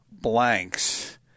blanks